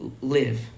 live